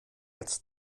als